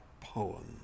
poem